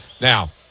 now